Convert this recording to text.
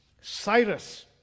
Cyrus